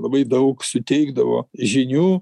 labai daug suteikdavo žinių